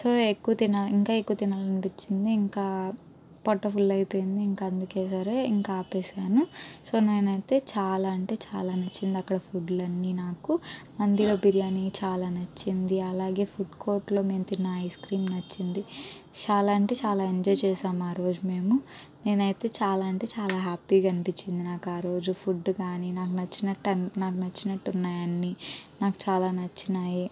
so ఎక్కువ తినా ఇంకా ఎక్కువ తినాలని అపించింది ఇంకా పొట్ట ఫుల్ అయిపోయింది ఇంకా అందుకే సరే ఇంకా ఆపేసాను సో నేనైతే చాలా అంటే చాలా నచ్చింది అక్కడ ఫుడ్లన్ని నాకు హండీలో బిర్యానీ చాలా నచ్చింది అలాగే ఫుడ్ కోర్ట్లో మేము తిన్నా ఐస్ క్రీమ్ నచ్చింది చాలా అంటే చాలా ఎంజాయ్ చేసాము ఆ రోజు మేము నేనైతే చాలా అంటే చాలా హ్యాపీగా అనిపించింది నాకు ఆ రోజు ఫుడ్ కానీ నాకు నచ్చినట్టు నాకు నచ్చినట్టు ఉన్నాయని నాకు చాలా నచ్చినాయి